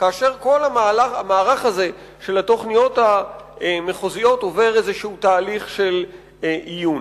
וכל המערך הזה של התוכניות המחוזיות עובר איזה תהליך של איון.